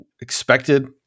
expected